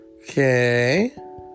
Okay